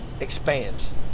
expands